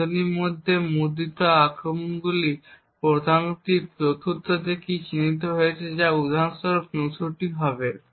বন্ধনীর মধ্যে মুদ্রিত মানগুলি আক্রমণ প্রোগ্রামটি 4র্থ কী চিহ্নিত করেছে যা উদাহরণস্বরূপ 64 হবে